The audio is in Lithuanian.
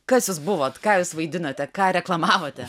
kas jūs buvot ką jūs vaidinote ką reklamavote